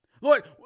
lord